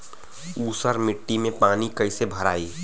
ऊसर मिट्टी में पानी कईसे भराई?